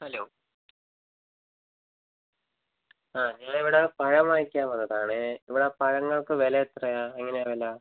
hello ആ ഞങ്ങൾ ഇവിടെ പഴം വാങ്ങിക്കാൻ വന്നതാണേ ഇവിടെ പഴങ്ങൾക്ക് വില എത്രയാണ് എങ്ങനെയാണ് വില